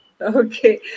okay